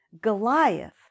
Goliath